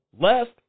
left